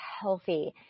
healthy